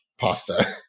Pasta